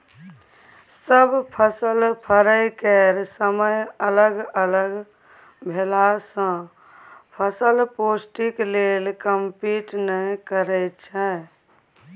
सब फसलक फरय केर समय अलग अलग भेलासँ फसल पौष्टिक लेल कंपीट नहि करय छै